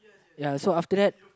ya so after that